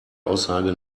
aussage